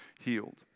healed